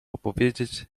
opowiedzieć